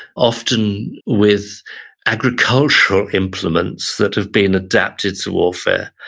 often with agricultural implements that have been adapted to warfare,